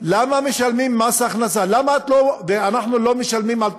למה משלמים מס הכנסה, ואנחנו לא משלמים על תחבורה?